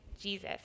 Jesus